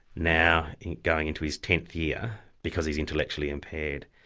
now going into his tenth year, because he's intellectually impaired.